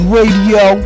Radio